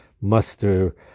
muster